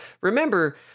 remember –